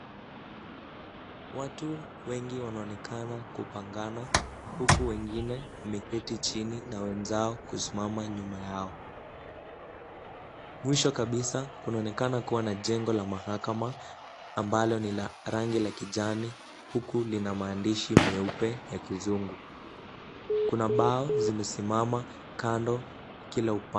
Watu wengi wanaonekana kupangana, huku wengine wameketi chini na wenzao kusimama nyuma yao. Mwisho kabisa kunaonekana kuwa na jengo la mahakama ambalo ni la rangi la kijani huku lina maandishi meupe ya kizungu. Kuna bao zimesimama kando kila upande.